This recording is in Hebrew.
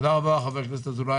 תודה רבה חבר הכנסת אזולאי.